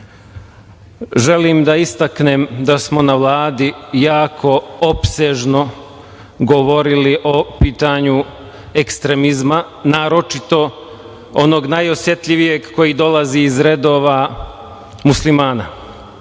Želim da istaknem da smo na Vladi jako opsežno govorili o pitanju ekstremizma, naročito onog najosetljivijeg koji dolazi iz redova Muslimana,